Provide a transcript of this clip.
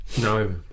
no